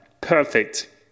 perfect